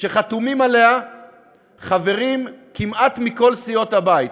שחתומים עליה חברים כמעט מכל סיעות הבית,